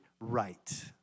right